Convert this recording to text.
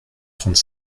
trente